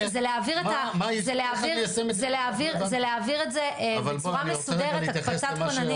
זה להעביר את זה בצורה מסודרת הקפצת כוננים.